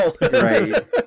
Right